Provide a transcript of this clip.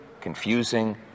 confusing